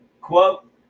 Quote